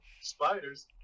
Spiders